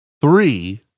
three